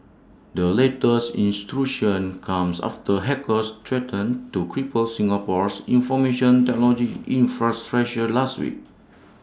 the latest intrusion comes after hackers threatened to cripple Singapore's information technology infrastructure last week